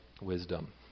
wisdom